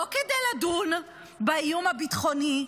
לא כדי לדון באיום הביטחוני,